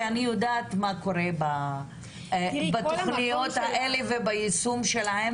כי אני יודעת מה קורה בתכניות האלה וביישום שלהן